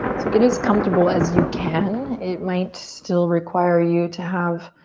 so get as comfortable as you can. it might still require you to have,